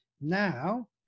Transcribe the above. Now